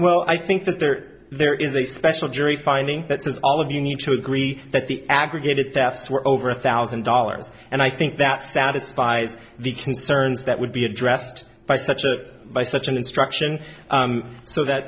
well i think that there there is a special jury finding that says all of you need to agree that the aggregated thefts were over a thousand dollars and i think that satisfies the concerns that would be addressed by such a by such an instruction so that